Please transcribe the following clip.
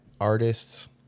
artists